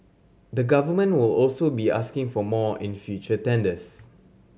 the Government will also be asking for more in future tenders